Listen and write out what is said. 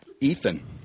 Ethan